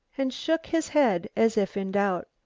and shook his head as if in doubt.